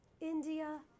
India